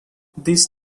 this